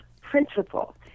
principle